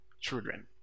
children